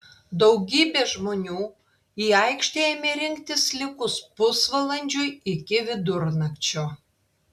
daugybė žmonių į aikštę ėmė rinktis likus pusvalandžiui iki vidurnakčio